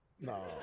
No